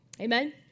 Amen